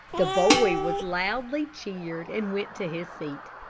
the boy was loudly cheered, and went to his seat.